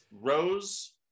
Rose